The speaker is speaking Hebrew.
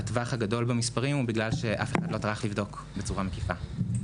הטווח הגדול במספרים הוא בגלל שאף אחד לא טרח לבדוק בצורה מקיפה.